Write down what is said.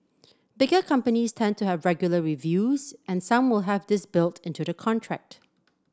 bigger companies tend to have regular reviews and some will have this built into the contract